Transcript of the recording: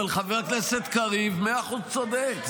אבל חבר הכנסת קריב מאה אחוז צודק,